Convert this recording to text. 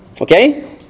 Okay